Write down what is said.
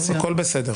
צריך לומר את זה.